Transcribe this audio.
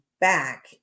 back